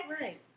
Right